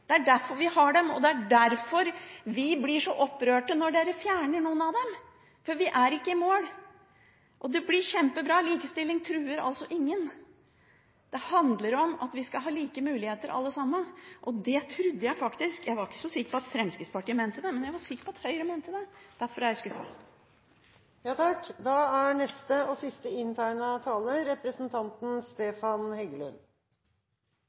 Det er derfor vi har dem. Det er derfor vi blir så opprørt når man fjerner noen av dem, for vi er ikke i mål. Det blir kjempebra. Likestilling truer ingen. Det handler om at alle skal ha like muligheter. Jeg var ikke sikker på at Fremskrittspartiet mente det, men jeg var sikker på at Høyre mente det. Derfor er jeg skuffet. Det er ingen som bestrider at likestilling virker. Det siste